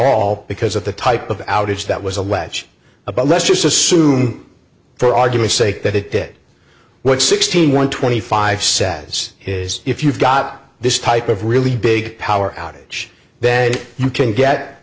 all because of the type of outage that was a latch a but let's just assume for argument's sake that it did what sixteen one twenty five says is if you've got this type of really big power outage then you can get